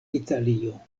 italio